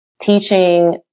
Teaching